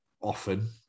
often